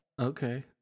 Okay